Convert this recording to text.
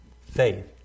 Faith